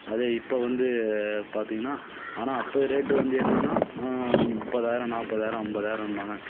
அதே இப்போ வந்து பார்த்திங்கன்னா ஆனால் அப்போய ரேட்டு வந்து என்னன்னா முப்பதாயிரம் நாற்பதாயிரம் ஐம்பதாயிரம்பாங்க